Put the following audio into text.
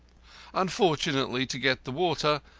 unfortunately, to get the water,